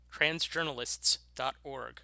transjournalists.org